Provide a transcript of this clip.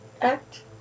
act